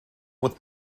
with